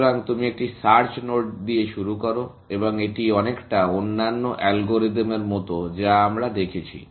সুতরাং তুমি একটি সার্চ নোড দিয়ে শুরু করো এবং এটি অনেকটা অন্যান্য অ্যালগরিদমের মতো যা আমরা দেখেছি